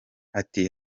ati